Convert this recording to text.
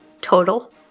total